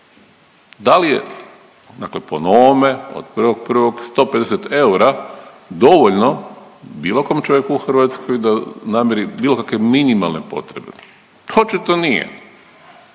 Da li je, dakle po novome od 1.1., 150 eura dovoljno bilo kojem čovjeku u Hrvatskoj da namiri bilo kakve minimalne potrebe? Očito nije,